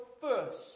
first